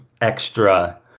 extra